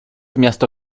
miasto